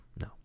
No